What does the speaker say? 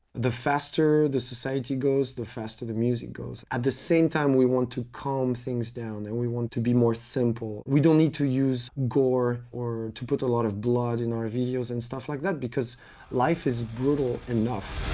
the faster the society goes, the faster the music goes. at the same time we want to calm things down and we want to be more simple. we don't need to use gore, or put a lot of blood in our videos and stuff like that because life is brutal enough.